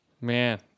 Man